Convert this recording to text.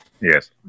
Yes